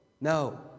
No